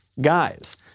guys